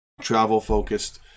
Travel-focused